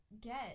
get